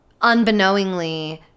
unbeknowingly